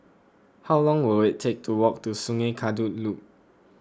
how long will it take to walk to Sungei Kadut Loop